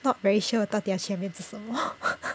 not very sure 我到底要去那边做什么